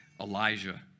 Elijah